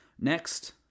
Next